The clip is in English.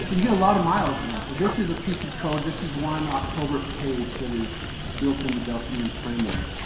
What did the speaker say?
so you get a lot of mileage then. so this is a piece of code. this is one october page that is built in the delphinium framework.